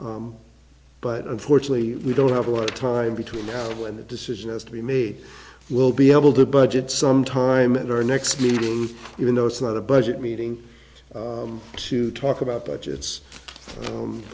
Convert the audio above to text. but unfortunately we don't have a lot of time between now and when the decision has to be made we'll be able to budget some time in our next meeting even though it's not a budget meeting to talk about budgets